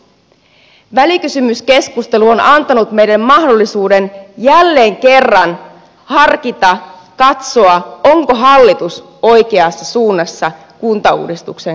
välikysymyskeskustelu on antanut meille mahdollisuuden jälleen kerran harkita katsoa onko hallitus oikeassa suunnassa kuntauudistuksen kanssa